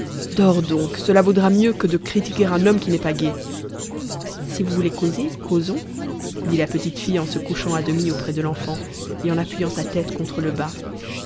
dors donc cela vaudra mieux que de critiquer un homme qui n'est pas gai si vous voulez causer causons dit la petite fille en se couchant à demi auprès de l'enfant et en appuyant sa tête contre le